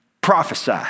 prophesy